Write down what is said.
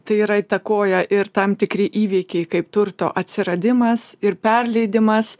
tai yra įtakoja ir tam tikri įvykiai kaip turto atsiradimas ir perleidimas